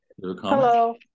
hello